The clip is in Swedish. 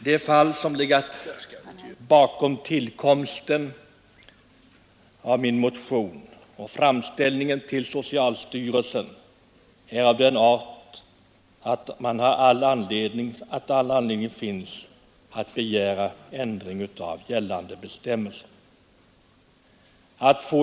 De fall som legat bakom tillkomsten av min motion och framställningen till socialstyrelsen är av den arten att det finns all anledning att begära en ändring av gällande bestämmelser.